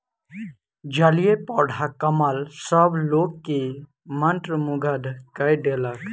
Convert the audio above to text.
जलीय पौधा कमल सभ लोक के मंत्रमुग्ध कय देलक